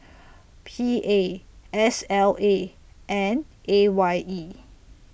P A S L A and A Y E